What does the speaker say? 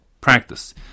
practice